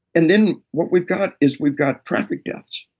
and then what we've got is we've got traffic deaths.